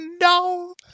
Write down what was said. no